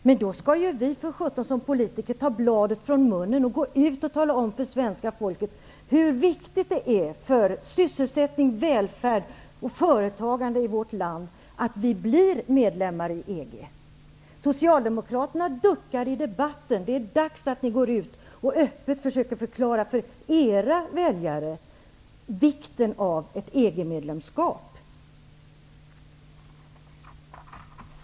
Men då skall vi politiker för sjutton ta bladet från mun och tala om för svenska folket hur viktigt det är för sysselsättning, välfärd och företagande i vårt land att Sverige blir medlem i EG. Socialdemokraterna duckar i debatten. Det är dags att ni går ut och öppet förklarar för era väljare vikten av ett EG-medlemskap.